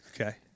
Okay